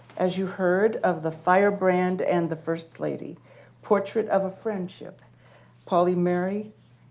as you heard, of the firebrand and the first lady portrait of a friendship pauli murray,